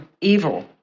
evil